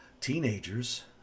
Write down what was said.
teenagers